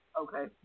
Okay